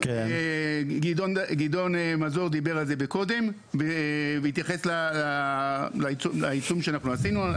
גדעון מזור דיבר על זה מקודם והתייחס לעיצום שאנחנו עשינו,